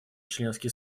членский